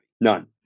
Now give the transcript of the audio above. none